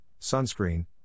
sunscreen